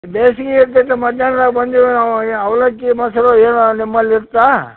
ಬೇಸಗೆ ಅಂತಂದು ಮಧ್ಯಾಹ್ನಾಗ್ ಬಂದೇವಿ ನಾವು ಈಗ ಅವಲಕ್ಕಿ ಮೊಸರು ಏನ ನಿಮ್ಮಲ್ಲಿ ಇರತ್ತಾ